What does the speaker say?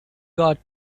got